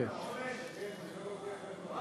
תורידו אותו.